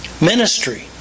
Ministry